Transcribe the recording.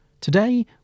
Today